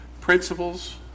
principles